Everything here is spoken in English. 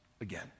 again